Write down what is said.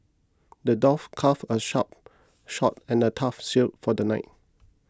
the dwarf crafted a sharp sharp and a tough shield for the knight